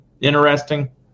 interesting